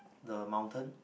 the mountain